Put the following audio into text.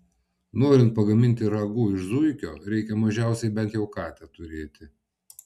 norint pagaminti ragu iš zuikio reikia mažiausiai bent jau katę turėti